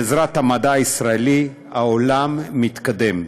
בעזרת המדע הישראלי העולם מתקדם.